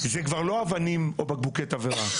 זה כבר לא אבנים או בקבוקי תבערה.